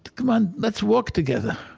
come on, let's walk together